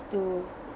to